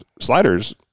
sliders